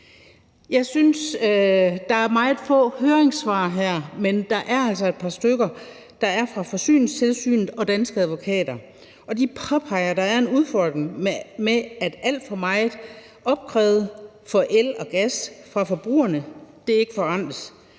måde. Der er meget få høringssvar, men der er altså et par stykker. Der er fra Forsyningstilsynet og Danske Advokater, og de påpeger, at der er en udfordring med, at alt for meget, der opkræves for el og gas fra forbrugerne, ikke forrentes.